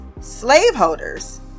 slaveholders